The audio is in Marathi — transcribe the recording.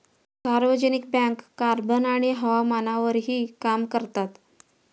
सार्वजनिक बँक कार्बन आणि हवामानावरही काम करतात